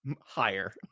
higher